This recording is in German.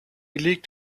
liegt